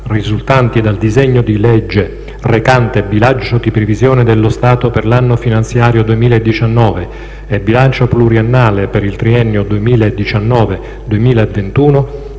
risultanti dal disegno di legge recante bilancio di previsione dello Stato per l'anno finanziario 2019 e bilancio pluriennale per il triennio 2019-2021